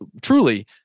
truly